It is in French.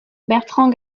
bertrand